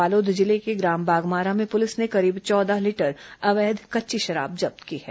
बालोद जिले के ग्राम बागमारा में पुलिस ने करीब चौदह लीटर अवैध कच्ची शराब जब्त की है